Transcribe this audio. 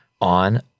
on